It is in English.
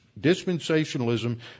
dispensationalism